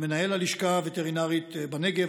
מנהל הלשכה הווטרינרית בנגב,